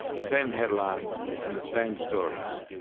the same headlines, and the same stories.